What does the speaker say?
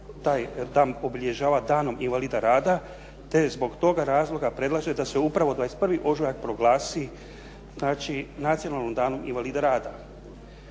taj dan obilježava danom invalida rada, te zbog toga razloga predlaže da se upravo 21. ožujak proglasi znači nacionalnim danom invalida rada.